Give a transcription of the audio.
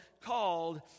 called